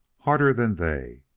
harder than they,